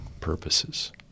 purposes